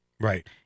Right